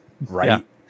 right